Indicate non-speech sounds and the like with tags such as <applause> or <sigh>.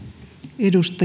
arvoisa <unintelligible>